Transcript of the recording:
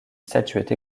statuette